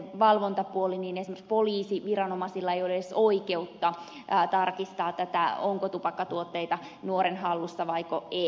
esimerkiksi poliisiviranomaisilla ei ole edes oikeutta tarkistaa tätä onko tupakkatuotteita nuoren hallussa vaiko ei